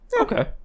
Okay